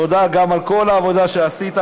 תודה גם על כל העבודה שעשית.